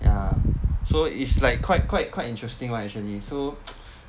ya so it's like quite quite quite interesting [one] actually so